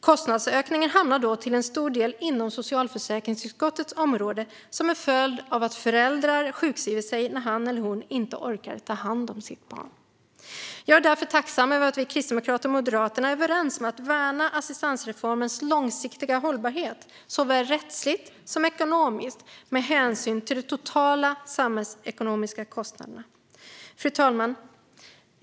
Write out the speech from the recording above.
Kostnadsökningarna hamnar då till stor del inom socialförsäkringsutskottets område som en följd av att föräldern sjukskriver sig när han eller hon inte orkar ta hand om sitt barn. Jag är därför tacksam över att vi kristdemokrater och Moderaterna är överens om att värna assistansreformens långsiktiga hållbarhet, såväl rättsligt som ekonomiskt och med hänsyn till de totala samhällsekonomiska kostnaderna. Fru talman!